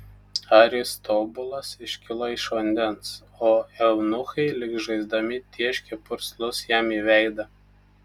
aristobulas iškilo iš vandens o eunuchai lyg žaisdami tėškė purslus jam į veidą